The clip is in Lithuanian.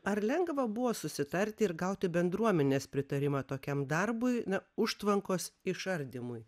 ar lengva buvo susitarti ir gauti bendruomenės pritarimą tokiam darbui ne užtvankos išardymui